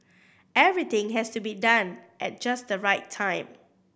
everything has to be done at just the right time